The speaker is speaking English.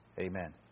Amen